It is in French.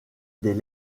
des